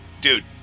Dude